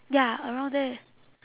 ya around there